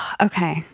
Okay